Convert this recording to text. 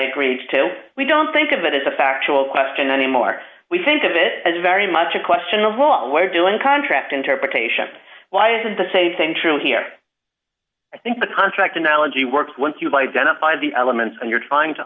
agree to we don't think of it as a factual question anymore we think of it as very much a question of always doing contract interpretation why isn't the say same truth here i think the contract analogy works once you've identified the elements and you're trying to